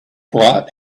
brought